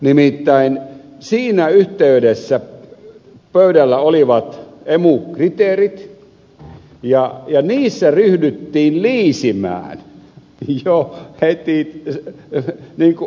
nimittäin siinä yhteydessä pöydällä olivat emu kriteerit ja niissä ryhdyttiin liisimään jo heti niin kuin alkuvaiheessa